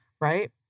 right